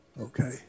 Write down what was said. Okay